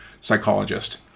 psychologist